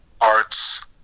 arts